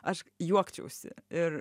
aš juokčiausi ir